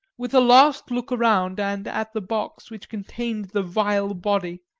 with a last look around and at the box which contained the vile body,